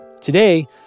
Today